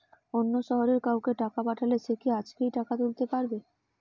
অন্য শহরের কাউকে টাকা পাঠালে সে কি আজকেই টাকা তুলতে পারবে?